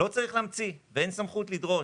לא צריך להמציא ואין סמכות לדרוש.